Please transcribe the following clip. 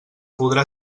podrà